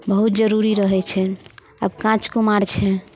बहुत जरूरी रहैत छनि आब काँच कुमार छै